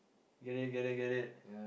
get it get it get it